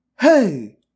Hey